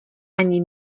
ani